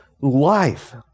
life